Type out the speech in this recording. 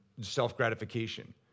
self-gratification